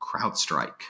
CrowdStrike